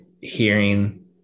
hearing